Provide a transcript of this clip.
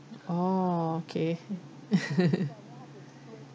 orh okay